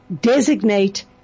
designate